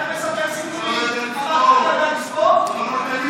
חבר הכנסת אוחנה, בבקשה.